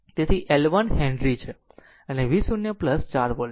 તેથી L 1 henry છે અને v0 4 વોલ્ટ છે